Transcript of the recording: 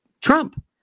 Trump